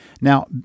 Now